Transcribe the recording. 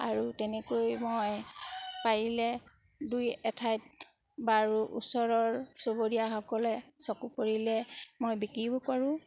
আৰু তেনেকৈ মই পাৰিলে দুই এঠাইত বাৰু ওচৰৰ চুবুৰীয়াসকলে চকু পৰিলে মই বিক্ৰীও কৰো